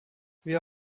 wir